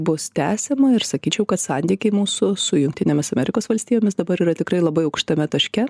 bus tęsiama ir sakyčiau kad santykiai mūsų su jungtinėmis amerikos valstijomis dabar yra tikrai labai aukštame taške